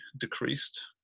decreased